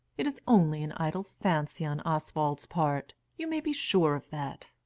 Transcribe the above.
it is only an idle fancy on oswald's part you may be sure of that.